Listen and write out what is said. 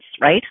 right